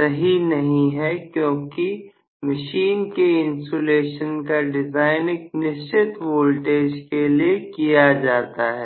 सही नहीं है क्योंकि मशीन के इंसुलेशन का डिजाइन एक निश्चित वोल्टेज के लिए किया जाता है